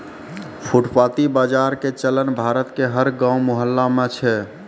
फुटपाती बाजार के चलन भारत के हर गांव मुहल्ला मॅ छै